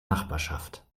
nachbarschaft